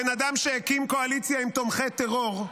הבן אדם שהקים קואליציה עם תומכי טרור.